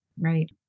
right